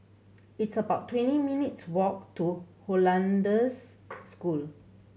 it's about twenty minutes' walk to Hollandse School